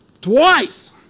Twice